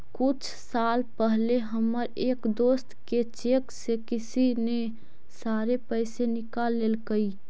कुछ साल पहले हमर एक दोस्त के चेक से किसी ने सारे पैसे निकाल लेलकइ